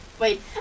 wait